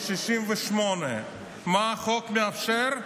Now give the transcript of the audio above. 68. מה החוק מאפשר?